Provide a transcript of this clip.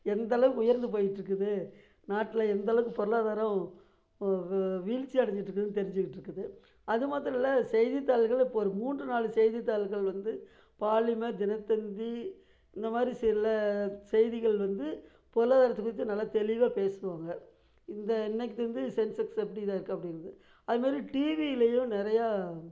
எந்தளவுக்கு உயர்ந்து போயிட்டு இருக்குது நாட்டில் எந்தளவுக்கு பொருளாதாரம் வீழ்ச்சி அடைஞ்சிட்டு இருக்குது தெரிஞ்சுக்கிட்டு இருக்குது அதுமாத்திரம் இல்லை செய்தித்தாள்கள் இப்போ ஒரு மூன்று நாள் செய்தித்தாள்கள் வந்து பாலிமர் தினத்தந்தி இந்தமாதிரி சில செய்திகள் வந்து பொருளாதாரத்தைப் பற்றி நல்லா தெளிவாக பேசுவாங்க இந்த இன்றைக்கி வந்து சென்செக்ஸ் எப்படி இதாக இருக்கும் அப்படினு அதுமாதிரி டிவிலேயும் நிறையா